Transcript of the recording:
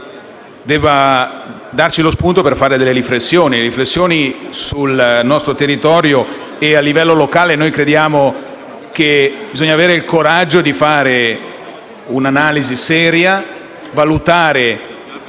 essere lo spunto per fare delle riflessioni sul nostro territorio. A livello locale, crediamo che si debba avere il coraggio di fare un'analisi seria, valutando